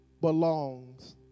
belongs